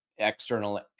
external